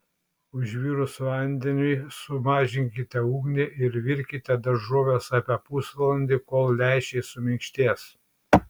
užvirus vandeniui sumažinkite ugnį ir virkite daržoves apie pusvalandį kol lęšiai suminkštės